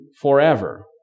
forever